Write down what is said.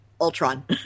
Ultron